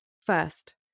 First